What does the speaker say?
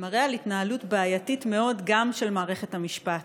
מראה על התנהלות בעייתית מאוד גם של מערכת המשפט,